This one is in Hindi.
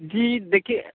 जी देखिए